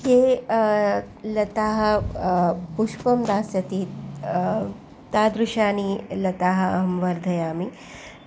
याः लताः पुष्पं दास्यति तादृशानि लताः अहं वर्धयामि